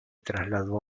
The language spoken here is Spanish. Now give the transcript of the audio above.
trasladó